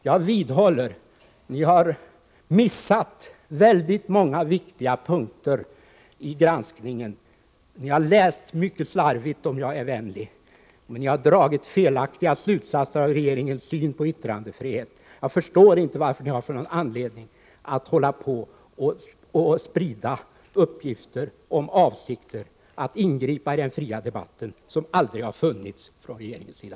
Jag vidhåller: Ni har missat väldigt många viktiga punkter i granskningen. Om jag är vänlig kan jag säga att ni har läst mycket slarvigt, och ni har dragit felaktiga slutsatser av regeringens syn på yttrandefrihet. Jag förstår inte av vilken anledning ni sprider uppgifter om att regeringen har avsikter att göra inskränkningar i den fria debatten. Några sådana avsikter har aldrig funnits från regeringens sida.